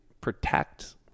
protect